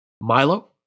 Milo